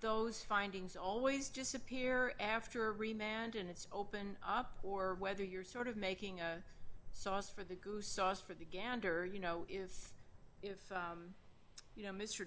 those findings always disappear after remarriage and it's open up or whether you're sort of making a sauce for the goose sauce for the gander you know if if you know mr